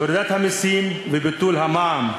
להורדת המסים וביטול המע"מ.